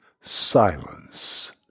silence